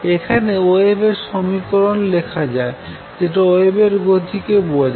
এখন ওয়েভের সমীকরণ লেখা যাক যেটা ওয়েভের গতিকে বোঝায়